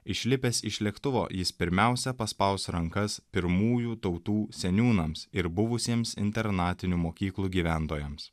išlipęs iš lėktuvo jis pirmiausia paspaus rankas pirmųjų tautų seniūnams ir buvusiems internatinių mokyklų gyventojams